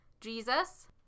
Jesus